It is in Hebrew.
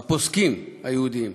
הפוסקים היהודיים,